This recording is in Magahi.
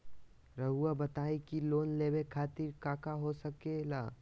रउआ बताई की लोन लेवे खातिर काका हो सके ला?